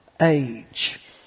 age